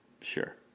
sure